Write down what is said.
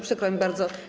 Przykro mi bardzo.